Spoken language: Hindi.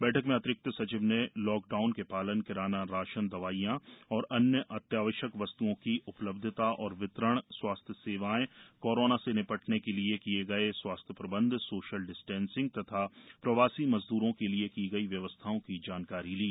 बैठक में अतिरिक्त सचिव ने लॉकडाउन के पालन किराना राशन दवाइयाँ और अन्य अत्यावश्यक वस्त्ओं की उपलब्धता और वितरण स्वास्थ्य सेवाएँ कोरोना से निपटने के लिये किये गये स्वास्थ्य प्रबंध सोशल डिस्टेंसिंग तथा प्रवासी मजदूरों के लिये की गयी व्यवस्थाओं की जानकारी ली